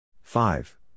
Five